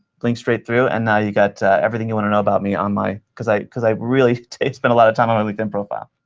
straight through, and now you've got everything you want to know about me on my because i because i really spend a lot of time on my linkedin profile.